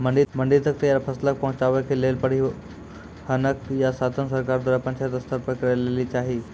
मंडी तक तैयार फसलक पहुँचावे के लेल परिवहनक या साधन सरकार द्वारा पंचायत स्तर पर करै लेली चाही?